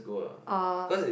oh